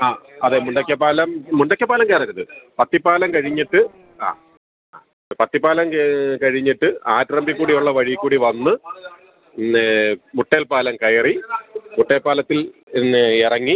ആ അതെ മുണ്ടക്കപ്പാലം മുണ്ടക്കപ്പാലം കയറരുത് പക്കിപ്പാലം കഴിഞ്ഞിട്ട് ആ പക്കിപ്പാലം കഴിഞ്ഞിട്ട് ആറ്റെറമ്പിൽ കൂടിയുള്ള വഴിയിൽ കൂടി വന്നു മുട്ടേൽപ്പാലം കയറി മുട്ടേപ്പാലത്തിൽ ഇറങ്ങി